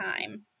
time